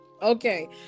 okay